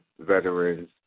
veterans